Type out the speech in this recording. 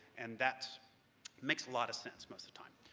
and that makes a lot of sense most of time.